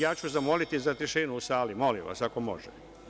Ja ću zamoliti za tišinu u sali, molim vas, ako može.